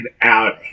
out